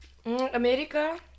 america